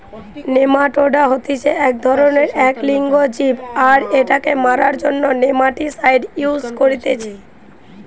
nematoda হতিছে এক ধরণেরএক লিঙ্গ জীব আর এটাকে মারার জন্য নেমাটিসাইড ইউস করতিছে